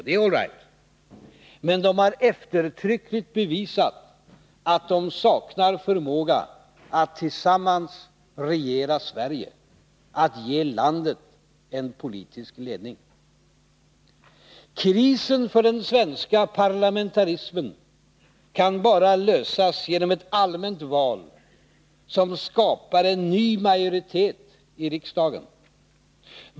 Det är all right, men de har eftertryckligt bevisat att de saknar förmåga att tillsammans regera Sverige, att ge landet en politisk ledning. Krisen för den svenska parlamentarismen kan bara lösas genom ett allmänt val, som skapar en ny majoritet i riksdagen.